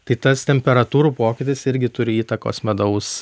tai tas temperatūrų pokytis irgi turi įtakos medaus